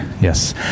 Yes